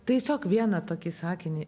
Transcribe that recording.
tiesiog vieną tokį sakinį